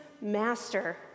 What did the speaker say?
master